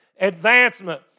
advancement